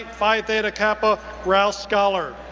phi theta kappa, rouse scholar.